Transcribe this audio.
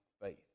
faith